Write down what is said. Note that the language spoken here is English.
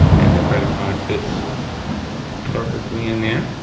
and the credit card fits perfectly in there.